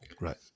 Right